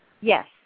Yes